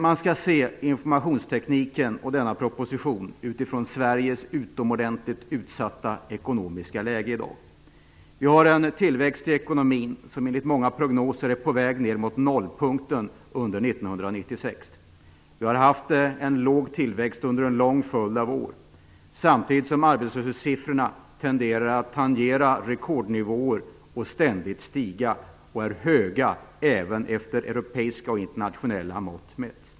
Denna proposition skall ses mot bakgrund av det oerhört utsatta ekonomiska läge som Sverige i dag befinner sig i. Tillväxten i ekonomin är, enligt många prognoser, på väg ned mot nollpunkten under 1996. Vi har under en lång följd av år haft låg tillväxt. Samtidigt tenderar arbetslöshetssiffrorna att ständigt stiga och tangera rekordnivåer. Dessa siffror är höga, även mätt med europeiska och internationella mått.